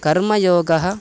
कर्मयोगः